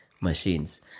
machines